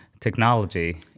technology